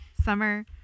Summer